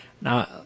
Now